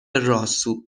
راسو